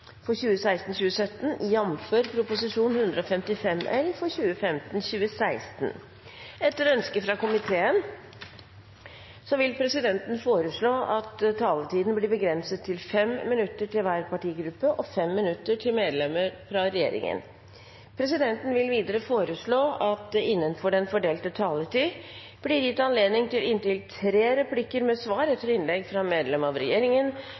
vil presidenten foreslå at taletiden blir begrenset til 5 minutter til hver partigruppe og 5 minutter til medlemmer av regjeringen. Videre vil presidenten foreslå at det blir gitt anledning til inntil fem replikker med svar etter innlegg fra medlemmer av regjeringen